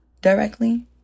directly